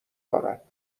دارد